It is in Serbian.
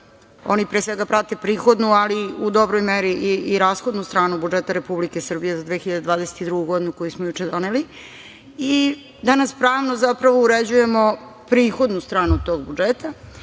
reći da oni prate prihodnu, ali u dobroj meri i rashodnu stranu budžeta Republike Srbije za 2022. godinu, koji smo juče doneli. Danas zapravo pravno uređujemo prihodnu stranu tog budžeta